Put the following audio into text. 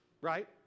right